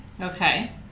Okay